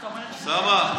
אוסאמה,